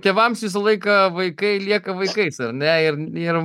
tėvams visą laiką vaikai lieka vaikais ar ne ir jie yra